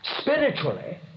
spiritually